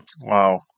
Wow